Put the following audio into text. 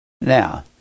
Now